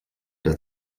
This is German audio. der